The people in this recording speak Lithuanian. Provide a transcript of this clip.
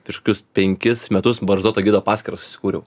prieš kokius penkis metus barzdoto gido paskyrą susikūriau